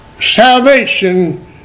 salvation